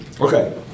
okay